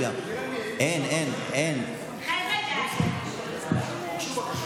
אין, אין, אין.